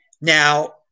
now